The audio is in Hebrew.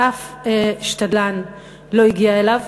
שאף שתדלן לא הגיע אליו,